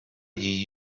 gli